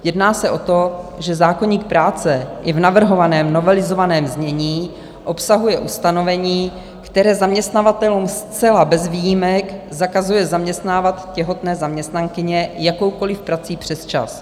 Jedná se o to, že zákoník práce i v navrhovaném novelizovaném znění obsahuje ustanovení, které zaměstnavatelům zcela bez výjimek zakazuje zaměstnávat těhotné zaměstnankyně jakoukoliv prací přesčas.